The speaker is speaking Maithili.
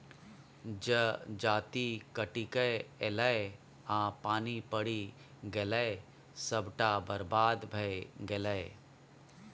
जजाति कटिकए ऐलै आ पानि पड़ि गेलै सभटा बरबाद भए गेलै